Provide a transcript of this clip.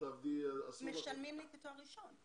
משלמים לי כתואר ראשון.